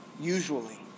usually